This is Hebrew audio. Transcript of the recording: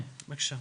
בבקשה.